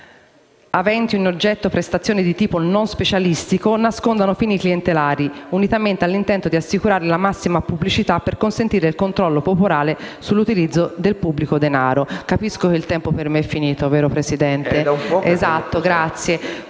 aventi ad oggetto prestazioni di tipo non specialistico, nascondano fini clientelari, unitamente all'intento di assicurare la massima pubblicità per consentire il controllo popolare sull'utilizzo del pubblico denaro. Poiché il tempo a mia disposizione